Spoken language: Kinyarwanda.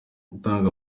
gutanga